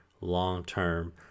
long-term